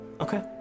Okay